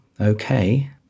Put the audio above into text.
okay